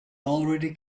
already